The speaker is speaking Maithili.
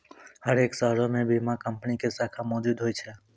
हरेक शहरो मे बीमा कंपनी के शाखा मौजुद होय छै